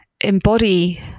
embody